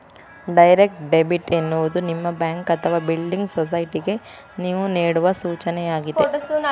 direct debit ಎನ್ನುವುದು ನಿಮ್ಮ bank ಅಥವಾ ಬಿಲ್ಡಿಂಗ್ ಸೊಸೈಟಿಗೆ ನೇವು ನೇಡುವ ಸೂಚನೆಯಾಗಿದೆ